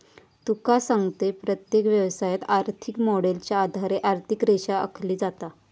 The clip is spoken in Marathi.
तुका सांगतंय, प्रत्येक व्यवसायात, आर्थिक मॉडेलच्या आधारे आर्थिक रेषा आखली जाता